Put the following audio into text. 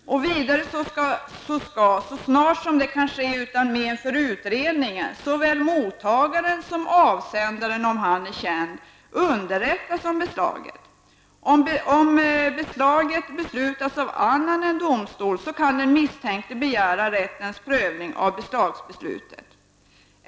Vidare skall, så snart det kan ske utan men för utredningen, såväl mottagaren som avsändaren, om denne är känd, underrättas om beslaget. Om beslaget beslutats av annan än domstol, kan den misstänkte begära domstols prövning av beslagsbeslutet.